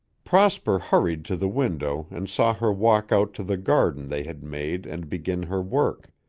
prosper hurried to the window and saw her walk out to the garden they had made and begin her work.